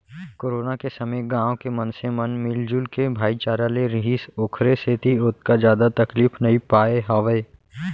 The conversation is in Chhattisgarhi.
कोरोना के समे गाँव के मनसे मन मिलजुल के भाईचारा ले रिहिस ओखरे सेती ओतका जादा तकलीफ नइ पाय हावय